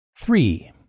Three